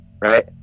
right